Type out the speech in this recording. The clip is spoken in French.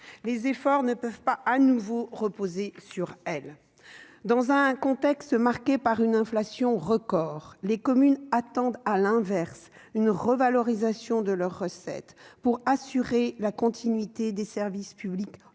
Les efforts ne peuvent pas, de nouveau, reposer sur elles. Dans un contexte marqué par une inflation record, les communes attendent à l'inverse une revalorisation de leurs recettes pour assurer la continuité des services publics